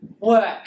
work